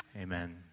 Amen